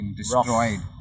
destroyed